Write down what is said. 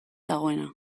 dagoena